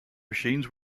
machines